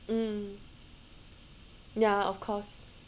mm ya of course